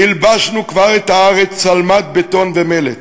הלבשנו כבר את הארץ שלמת בטון ומלט,